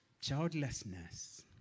childlessness